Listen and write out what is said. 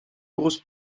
grosses